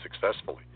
successfully